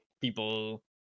people